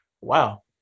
wow